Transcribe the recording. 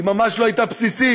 היא ממש לא הייתה בסיסית,